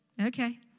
Okay